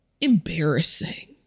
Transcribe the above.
embarrassing